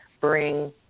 bring